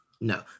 No